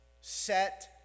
set